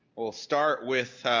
we'll start with